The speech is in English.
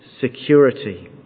Security